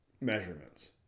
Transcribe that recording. measurements